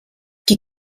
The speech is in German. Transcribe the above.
die